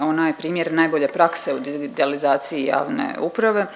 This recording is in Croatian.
ona je primjer najbolje prakse u digitalizaciji javne uprave.